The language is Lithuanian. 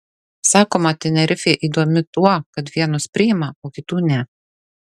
sakoma tenerifė įdomi tuo kad vienus priima o kitų ne